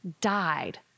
died